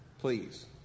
please